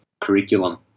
curriculum